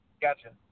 Gotcha